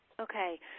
Okay